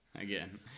again